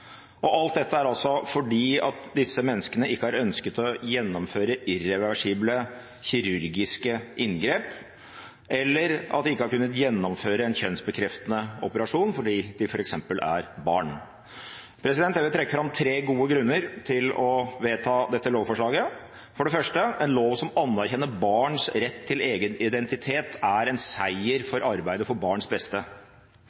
som. Alt dette er fordi disse menneskene ikke har ønsket å gjennomføre irreversible kirurgiske inngrep, eller at de ikke har kunnet gjennomføre en kjønnsbekreftende operasjon fordi de f.eks. er barn. Jeg vil trekke fram tre gode grunner til å vedta dette lovforslaget. For det første: En lov som anerkjenner barns rett til egen identitet, er en seier